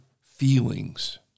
feelings